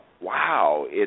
wow